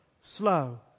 slow